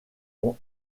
ont